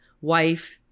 wife